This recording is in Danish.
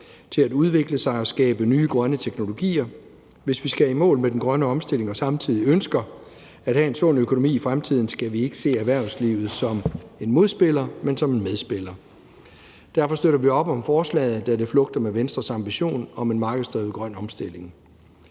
til at udvikle sig og skabe nye grønne teknologier. Hvis vi skal i mål med den grønne omstilling og samtidig ønsker at have en sund økonomi i fremtiden, skal vi ikke se erhvervslivet som en modspiller, men som en medspiller. Derfor støtter vi op om forslaget, da det flugter med Venstres ambition om en markedsdrevet grøn omstilling.